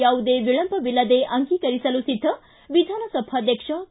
ಯಾವುದೇ ವಿಳಂಬವಿಲ್ಲದೇ ಅಂಗೀಕರಿಸಲು ಸಿದ್ಧ ವಿಧಾನಸಭಾಧ್ಯಕ್ಷ ಕೆ